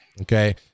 okay